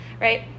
right